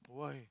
why